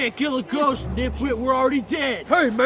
ah kill a ghost nitwit, we're already dead. hey man!